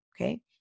okay